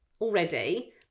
already